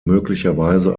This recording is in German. möglicherweise